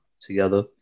together